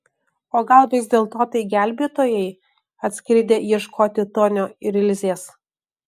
o gal vis dėlto tai gelbėtojai atskridę ieškoti tonio ir ilzės